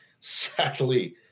sadly